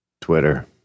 Twitter